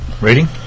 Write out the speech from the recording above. Rating